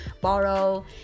borrow